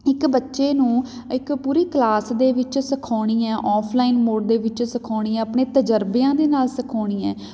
ਇੱਕ ਬੱਚੇ ਨੂੰ ਇੱਕ ਪੂਰੀ ਕਲਾਸ ਦੇ ਵਿੱਚ ਸਿਖਾਉਣੀ ਹੈ ਔਫ਼ਲਾਈਨ ਮੋਡ ਦੇ ਵਿੱਚ ਸਿਖਾਉਣੀ ਹੈ ਆਪਣੇ ਤਜ਼ਰਬਿਆਂ ਦੇ ਨਾਲ਼ ਸਿਖਾਉਣੀ ਹੈ